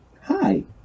Hi